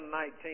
19